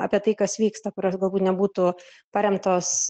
apie tai kas vyksta kurios galbūt nebūtų paremtos